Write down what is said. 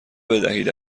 بدهید